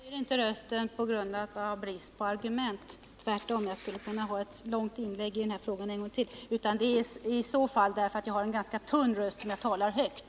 Herr talman! Jag höjer inte rösten på grund av att jag har brist på argument —- tvärtom, jag skulle kunna göra ytterligare ett långt inlägg i den här frågan — utan om jag talar högt beror det på att jag har en ganska tunn röst.